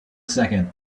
second